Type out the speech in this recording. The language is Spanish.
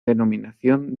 denominación